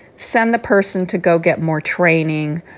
send the person to go get more training.